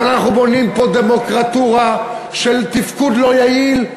אבל אנחנו בונים פה דמוקרטורה של תפקוד לא יעיל,